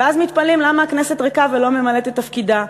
ואז מתפלאים למה הכנסת ריקה ולא ממלאת את תפקידה.